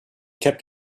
kept